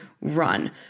run